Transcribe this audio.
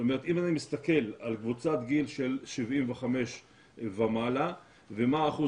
זאת אומרת אם אני מסתכל על קבוצת הגיל של 75 ומעלה ומה אחוז